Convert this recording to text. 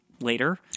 later